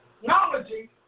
technology